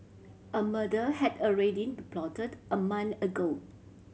a murder had already been plotted a month ago